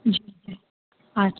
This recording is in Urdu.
جی ہاں جی